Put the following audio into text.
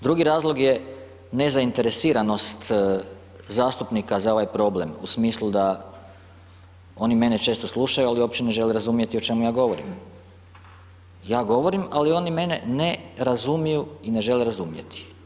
Drugi razlog je nezainteresiranost zastupnika za ovaj problem u smislu da oni mene često slušaju, ali uopće ne žele razumjeti o čemu ja govorim, ja govorim, ali oni mene ne razumiju i ne žele razumjeti.